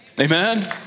Amen